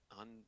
On